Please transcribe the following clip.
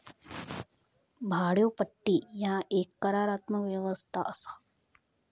भाड्योपट्टी ह्या एक करारात्मक व्यवस्था असा